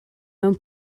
mewn